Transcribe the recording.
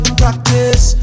practice